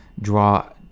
draw